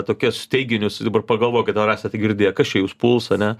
tokius teiginius dabar pagalvokit ar esate girdėję kas čia jus puls ane